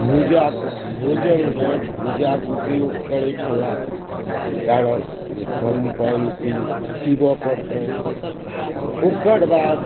भूजा भोजनमे भूजाके उपयोग करै छलाह कारण जे कम पानि पिबऽ पड़तनि ओकरबाद